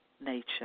nature